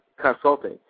Consulting